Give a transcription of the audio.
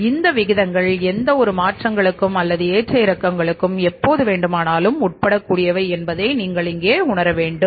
எனவே இந்த விகிதங்கள் எந்த ஒரு மாற்றங்களுக்கும் அல்லது ஏற்ற இறக்கங்களும் எப்போது வேண்டுமானாலும் உட்படக் கூடியவை என்பதை நீங்கள் இங்கே உணர வேண்டும்